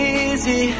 easy